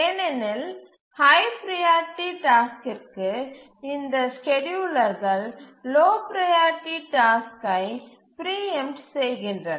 ஏனெனில் high priority டாஸ்க்கிற்கு இந்த ஸ்கேட்யூலர்கள் லோ ப்ரையாரிட்டி டாஸ்க்கை பிரீஎம்ட் செய்கின்றன